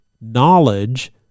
knowledge